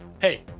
Hey